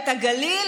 את הגליל?